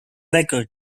record